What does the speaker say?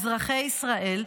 אזרחי ישראל,